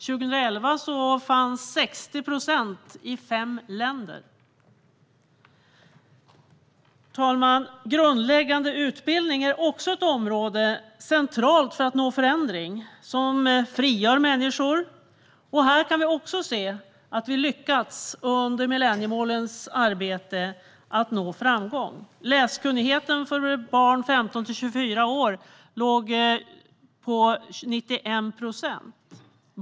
År 2011 fanns 60 procent av dem i fem länder. Herr talman! Grundläggande utbildning är ett område som är centralt för att nå förändring och som frigör människor. Här kan vi också se att vi har lyckats nå framgång under arbetet med millenniemålen. Läskunnigheten för barn i åldern 15-24 år ligger på 91 procent.